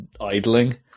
idling